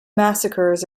massacres